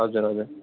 हजुर हजुर